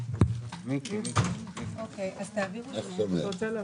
גם בוועדת ההסדרה.